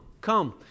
come